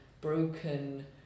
broken